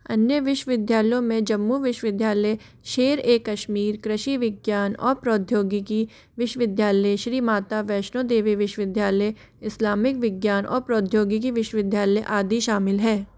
अन्य विश्वविद्यालयों में जम्मू विश्वविद्यालय शेर ए कश्मीर कृषि विज्ञान और प्रौद्योगिकी विश्वविद्यालय श्री माता वैष्णो देवी विश्वविद्यालय इस्लामिक विज्ञान और प्रौद्योगिकी विश्वविद्यालय आदि शामिल हैं